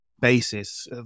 basis